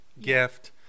gift